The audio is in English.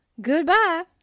Goodbye